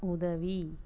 உதவி